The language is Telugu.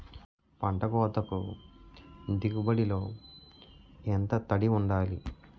పంట కోతకు దిగుబడి లో ఎంత తడి వుండాలి?